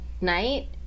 night